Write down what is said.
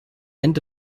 end